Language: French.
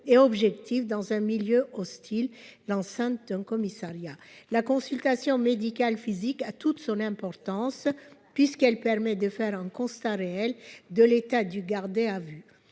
et objective dans un milieu hostile : l'enceinte d'un commissariat. La consultation médicale physique a alors toute son importance, puisqu'elle permet de dresser un constat réel de l'état du gardé à vue.